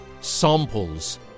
samples